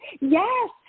Yes